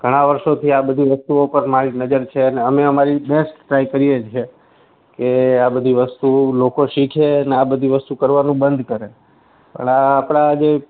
ઘણા વરસોથી આ બધી વસ્તુઓ પર મારી નજર છે અને અમે અમારી બેસ્ટ ટ્રાય કરીએ છે કે આ બધી વસ્તુ લોકો શીખે અને આ બધી વસ્તુ કરવાનું બંધ કરે પણ આપણાં જે